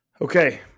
Okay